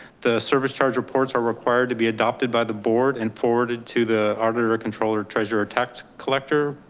the service charge reports are required to be adopted by the board and ported to the auditor controller, treasurer tax collector.